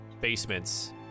basements